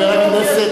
אדוני היושב-ראש,